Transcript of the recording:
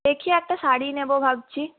দেখি একটা শাড়ি নেব ভাবছি